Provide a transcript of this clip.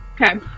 Okay